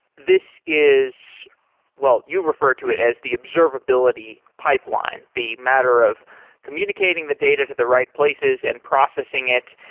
this is well you refer to it as the observability pipeline the matter of communicating the data to the right places and processing it.